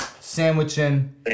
sandwiching